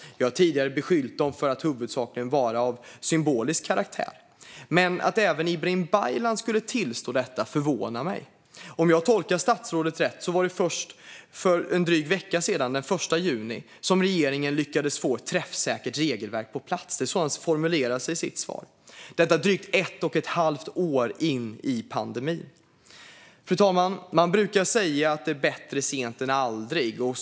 Jag har tidigare beskyllt dem för att huvudsakligen vara av symbolisk karaktär. Men att även Ibrahim Baylan tillstår detta förvånar mig. Om jag tolkar statsrådet rätt var det först för en dryg vecka sedan, den 1 juni, som regeringen lyckades få ett träffsäkert regelverk på plats. Det är så han formulerar sig i sitt svar. Det är drygt ett och ett halvt år in i pandemin. Man brukar säga bättre sent än aldrig, fru talman.